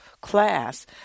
class